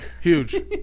huge